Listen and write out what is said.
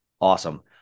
awesome